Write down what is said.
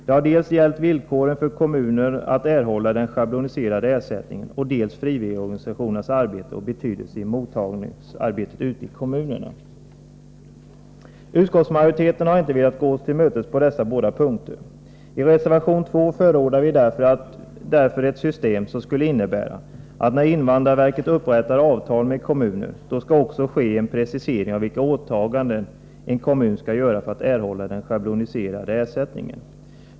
Det har gällt dels villkoren för kommuner att erhålla den schabloniserade ersättningen, dels frivilligorganisationernas arbete och betydelse i mottagningsarbetet ute i kommunerna. Utskottsmajoriteten har inte velat gå oss till mötes på dessa båda punkter. I reservation 2 till socialförsäkringsutskottets betänkande förordar vi därför ett system som skulle innebära att det när invandrarverket upprättar avtal med kommuner också skall ske en precisering av vilka åtaganden en kommun skall göra för att erhålla den schabloniserade ersättningen.